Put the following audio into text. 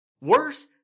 Worse